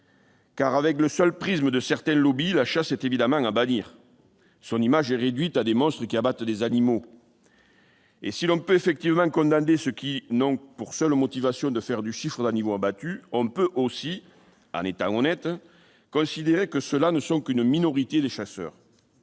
travers du seul prisme de certains lobbies, la chasse est évidemment à bannir ; son image est réduite à des monstres qui abattent les animaux. Pourtant, si l'on peut effectivement condamner ceux qui ont pour seule motivation le chiffre d'animaux abattus, on peut aussi, en étant honnêtes, considérer qu'il ne s'agit que d'une minorité de chasseurs.